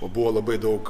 o buvo labai daug